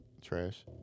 Trash